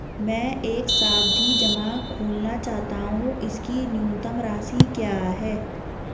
मैं एक सावधि जमा खोलना चाहता हूं इसकी न्यूनतम राशि क्या है?